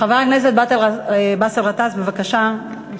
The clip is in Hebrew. חבר הכנסת באסל גטאס, בבקשה.